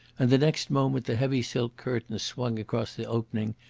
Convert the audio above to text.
and the next moment the heavy silk curtains swung across the opening,